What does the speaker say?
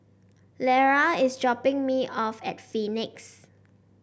Lera is dropping me off at Phoenix